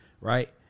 right